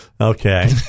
Okay